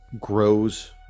grows